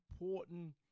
important